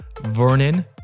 Vernon